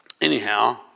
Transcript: Anyhow